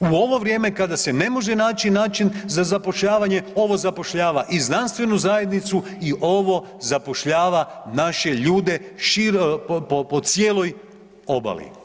U ovo vrijeme kada se ne može naći način za zapošljavanje, ovo zapošljava i znanstvenu zajednicu i ovo zapošljava naše ljude po cijeloj obali.